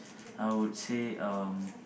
I would say um